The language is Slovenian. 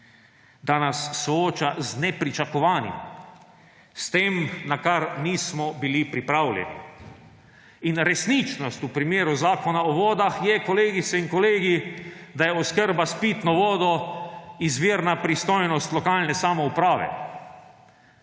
da nas sooča z nepričakovanim, s tem, na kar nismo bili pripravljeni. In resničnost v primeru Zakona o vodah je, kolegice in kolegi, da je oskrba s pitno vodo izvirna pristojnost lokalne samouprave,